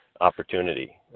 opportunity